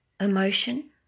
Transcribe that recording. emotion